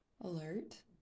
Alert